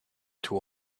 too